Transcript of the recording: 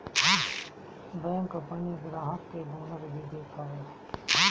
bank अपनी ग्राहक के बोनस भी देत हअ